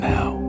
Now